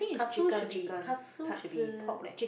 katsu should be katsu should be pork leh